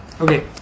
Okay